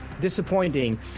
disappointing